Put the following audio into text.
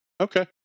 Okay